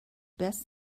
best